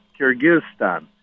Kyrgyzstan